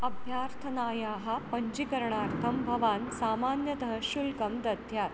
अभ्यर्थनायाः पञ्जीकरणार्थं भवान् सामान्यतः शुल्कं दद्यात्